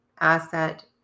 asset